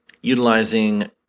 utilizing